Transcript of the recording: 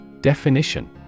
definition